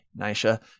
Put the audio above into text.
Nisha